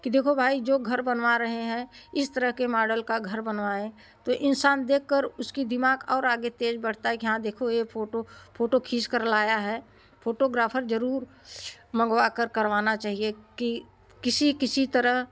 कि देखो भाई जो घर बनवा रहे हैं इस तरह के मॉडल का घर बनवाएँ तो इंसान देखकर उसकी दिमाग और आगे तेज बढ़ता है कि हाँ देखो यह फोटो फोटो खींचकर लाया है फोटोग्राफर जरूर मँगवा कर करवाना चाहिए कि किसी किसी तरह